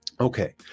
Okay